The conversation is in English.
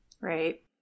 Right